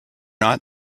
not